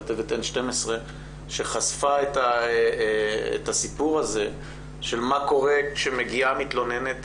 כתבת N12שחשפה את הסיפור של מה קורה כאשר מגיעה מתלוננת